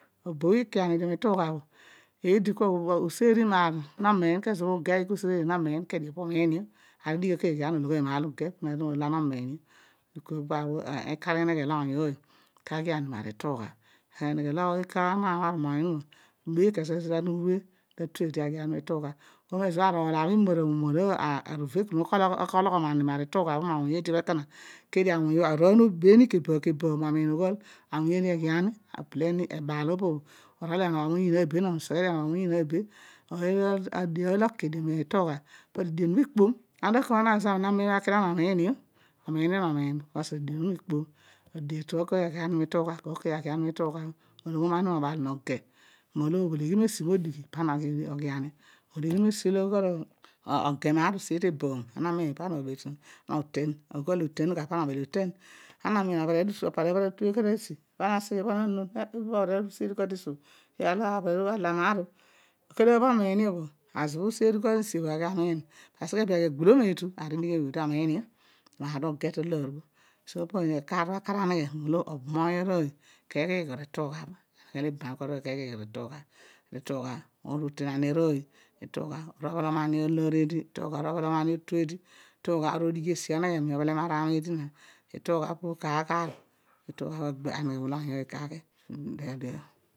Obo bho ine ana dio motuugha bho nomiin dio phaar adigh bo aneghe moghi te tuugha bho kezo olo ana urue urue pudighi awuny onuma eghi ani masi ituugha bho omo arulu iva dio molo awuny uvekom keghi ani mari ituugha bho arooy no banni boom keboom molo eedi ebhin awuny eedi kelogho ma esi ituugha bho eedi eghi ani blodio ebaal opo bho oneghe dio moseghe onogh oyiin be beleni kooy kooy aghi a ani akoro bho ale maar oh ezo bho useeri kua teesi bho ezo bho aghi amiin aghi agbulom eetu aar obho adigh obh odi omiin io mbha uge ta aloor bho pa aar aneghe olo aroo keegh bho pa aar bho aker aneghe ibam awuny ke eghi motuugha bho oru oten nani arooy otuugha olo obhelom aloor eedi obhelom otu eedi otuupa odighi esi oneghemi obholom arani eedi na ituugha apu kar kar ituugha aneghe olo oony ooy kaghi kami adeghe